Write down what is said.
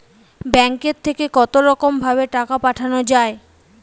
ব্যাঙ্কের থেকে কতরকম ভাবে টাকা পাঠানো য়ায়?